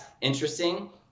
interesting